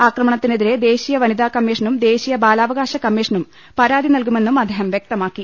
അക്രമത്തിന് എതിരെ ദേശീയ വനിതാ കമ്മീഷനും ദേശീയ ബാലാവകാശ കമ്മീഷനും പരാതി നൽകുമെന്നും അദ്ദേഹം വ്യക്തമാക്കി